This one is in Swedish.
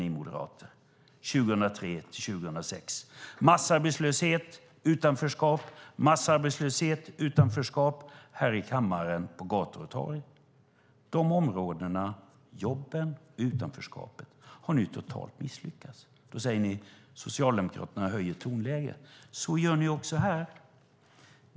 Ni moderater hade ett enormt högt tonläge 2003-2006 om massarbetslöshet och utanförskap här i kammaren och på gator och torg. På de områdena - jobben och utanförskapet - har ni totalt misslyckats. Då säger ni: Socialdemokraterna höjer tonläget. Så gör ni också här!